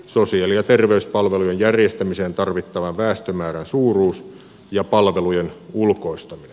sosiaali ja terveyspalvelujen järjestämiseen tarvittavan väestömäärän suuruus ja palvelujen ulkoistaminen